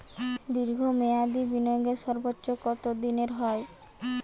দীর্ঘ মেয়াদি বিনিয়োগের সর্বোচ্চ কত দিনের হয়?